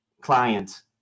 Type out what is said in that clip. client